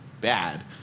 bad